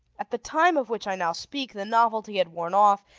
at the time of which i now speak, the novelty had worn off,